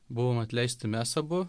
buvom atleisti mes abu